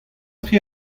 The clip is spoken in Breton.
tri